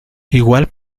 igual